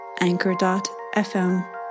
anchor.fm